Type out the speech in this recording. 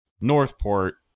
Northport